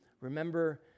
remember